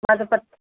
माझं पत